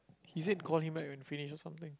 he say call him back when finish or something